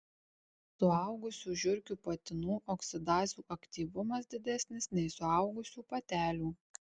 suaugusių žiurkių patinų oksidazių aktyvumas didesnis nei suaugusių patelių